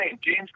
James